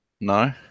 No